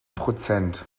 prozent